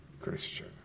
Christian